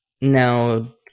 now